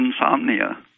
insomnia